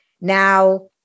Now